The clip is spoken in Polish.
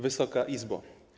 Wysoka Izbo!